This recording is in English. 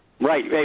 Right